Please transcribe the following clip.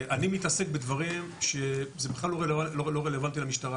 אני מתעסק בדברים שהם בכלל לא רלוונטיים למשטרה